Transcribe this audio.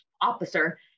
officer